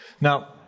Now